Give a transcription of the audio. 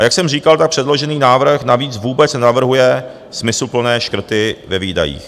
A jak jsem říkal, tak předložený návrh navíc vůbec nenavrhuje smysluplné škrty ve výdajích.